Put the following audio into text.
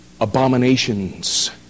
abominations